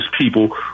people